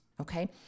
okay